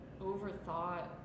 overthought